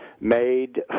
made